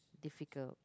difficult